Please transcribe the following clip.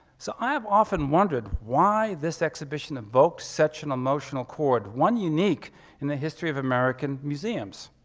so i have often wondered why this exhibition evoked such an emotional cord, one unique in the history of american museums.